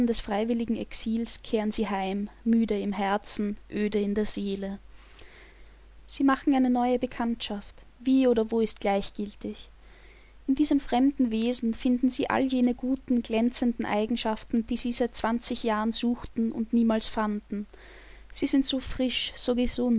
des freiwilligen exils kehren sie heim müde im herzen öde in der seele sie machen eine neue bekanntschaft wie oder wo ist gleichgiltig in diesem fremden wesen finden sie all jene guten glänzenden eigenschaften die sie seit zwanzig jahren suchten und niemals fanden sie sind so frisch so